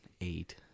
eight